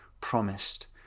promised